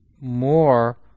more